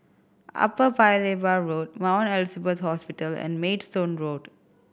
Upper Paya Lebar Road Mount Elizabeth Hospital and Maidstone Road